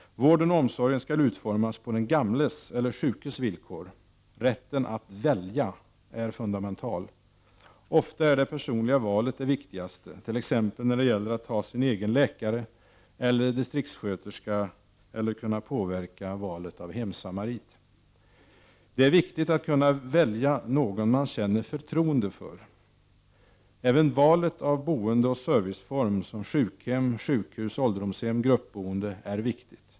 Vården och omsorgen skall utformas på den gamles eller den sjukes villkor. Rätten att välja är fundamental. Ofta är det personliga valet det viktigaste, t.ex. när det gäller att ha sin egen läkare eller distriktssköterska eller kunna påverka valet av hemsamarit. Det är viktigt att kunna välja någon man känner förtroende för. Även valet av boendeoch serviceform som sjukhem, sjukhus, ålderdomshem eller gruppboende är viktigt.